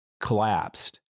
collapsed